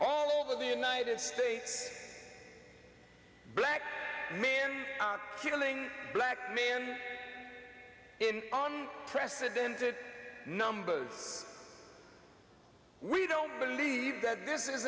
all over the united states black men are killing black men in on precedented numbers we don't believe that this is